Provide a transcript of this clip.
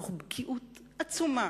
תוך בקיאות עצומה